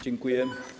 Dziękuję.